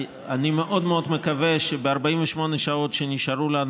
אני מאוד מאוד מקווה שב-48 השעות שנשארו לנו